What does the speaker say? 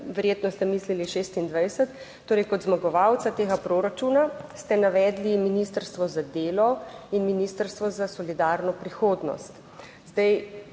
verjetno ste mislili 2026, torej kot zmagovalca tega proračuna ste navedli Ministrstvo za delo in Ministrstvo za solidarno prihodnost. Če